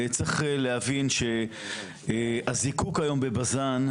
צריך להבין שהזיקוק היום בבז"ן,